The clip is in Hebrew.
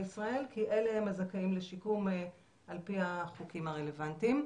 ישראל כי אלה הם הזכאים לשיקום על פי החוקים הרלוונטיים.